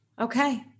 okay